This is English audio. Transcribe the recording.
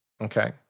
Okay